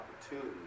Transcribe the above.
opportunity